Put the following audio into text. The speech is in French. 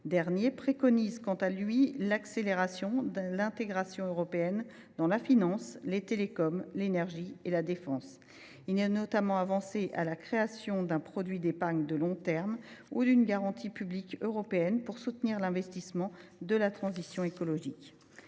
dernier, préconise quant à lui d’accélérer l’intégration européenne dans la finance, les télécoms, l’énergie et la défense. Est notamment avancée la création d’un produit d’épargne de long terme ou d’une garantie publique européenne pour soutenir l’investissement dans la transition écologique.